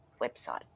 website